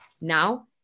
Now